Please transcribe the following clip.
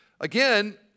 Again